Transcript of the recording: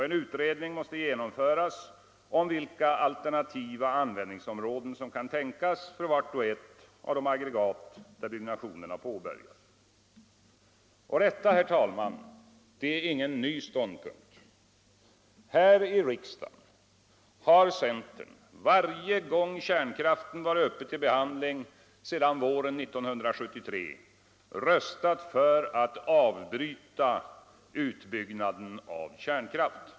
En utredning måste genomföras om vilka alternativa användningsområden som kan tänkas för vart och ett aggregat där byggnationen har påbörjats. Detta, herr talman, är ingen ny ståndpunkt. Här i riksdagen har centern varje gång kärnkraften varit uppe till behandling sedan våren 1973 röstat för att avbryta utbyggnaden av kärnkraft.